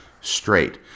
straight